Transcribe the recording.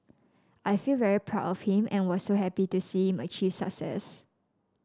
I feel very proud of him and was so happy to see him achieve success